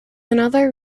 another